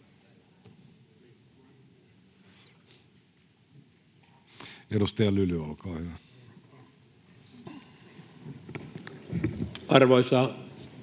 Edustaja Lyly, olkaa hyvä. [Speech